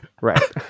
Right